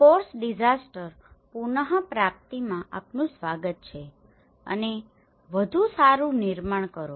course disaster પુનપ્રાપ્તિમાં આપનું સ્વાગત છે અને વધુ સારું નિર્માણ કરો